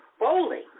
bowling